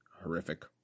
horrific